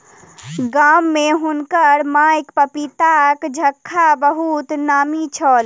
गाम में हुनकर माईक पपीताक झक्खा बहुत नामी छल